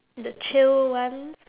the chill one